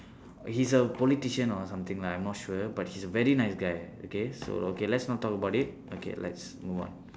he's a politician or something lah I'm not sure but he's a very nice guy okay so okay let's not talk about it okay let's move on